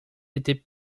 était